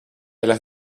elle